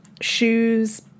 shoes